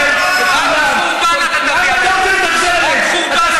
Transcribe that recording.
כולל זכויות הצבעה לכולם, באמת